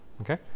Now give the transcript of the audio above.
okay